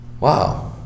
wow